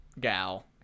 gal